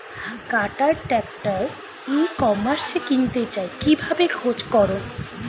কাটার tractor ই কমার্সে কিনতে চাই কিভাবে খোঁজ করো?